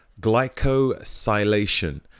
glycosylation